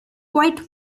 quite